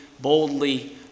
boldly